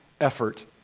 effort